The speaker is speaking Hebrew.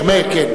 מאיר, מאיר, כן.